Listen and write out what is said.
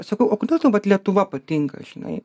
sakau o kodėl tau vat lietuva patinka žinai